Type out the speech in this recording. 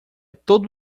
todo